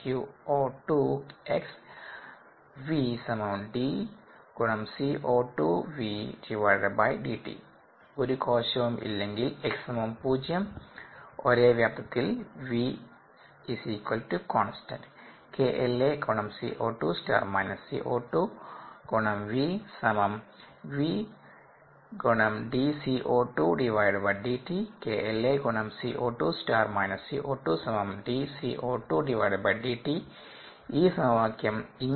ഒരു കോശവും ഇല്ലെങ്കിൽ x0 ഒരേ വ്യാപ്തത്തിൽV constant ഈ സമവാക്യം ഇങ്ങനെ ആവും